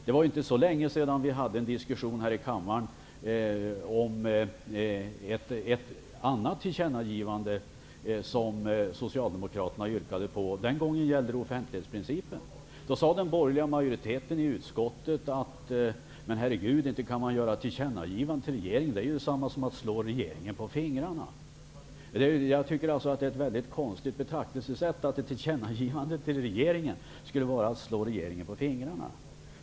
Det var inte så länge sedan vi hade en diskussion här i kammaren om ett annat tillkännagivande som Socialdemokraterna yrkade på. Den gången gällde det offentlighetsprincipen. Då sade den borgerliga majoriteten i utskottet: Men, herregud, inte kan man göra ett tillkännagivande till regeringen! Det är ju detsamma som att slå regeringen på fingrarna! Jag tycker att det är ett väldigt konstigt betraktelsesätt, att ett tillkännagivande till regeringen skulle vara att slå regeringen på fingrarna.